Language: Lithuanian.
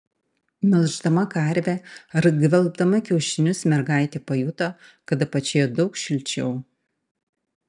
melždama karvę ar gvelbdama kiaušinius mergaitė pajuto kad apačioje daug šilčiau